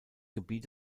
gebiet